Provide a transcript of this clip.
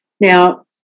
Now